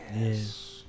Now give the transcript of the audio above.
Yes